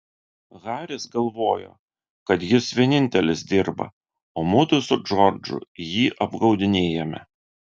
haris galvojo kad jis vienintelis dirba o mudu su džordžu jį apgaudinėjame